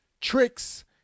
tricks